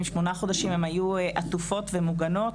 שמונה חודשים שבה הן היו עטופות ומוגנות,